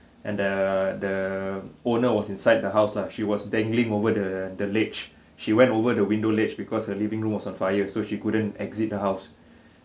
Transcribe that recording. and the the owner was inside the house lah she was dangling over the the ledge she went over the window ledge because her living room was on fire so she couldn't exit the house